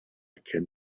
can